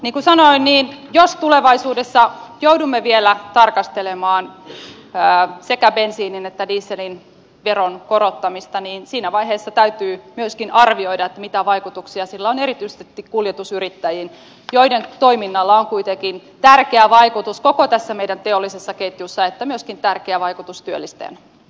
niin kuin sanoin jos tulevaisuudessa joudumme vielä tarkastelemaan sekä bensiinin että dieselin veron korottamista niin siinä vaiheessa täytyy myöskin arvioida mitä vaikutuksia sillä on erityisesti kuljetusyrittäjiin joiden toiminnalla on kuitenkin sekä tärkeä vaikutus koko meidän teolliseen ketjuumme että myöskin tärkeä vaikutus työllistäjänä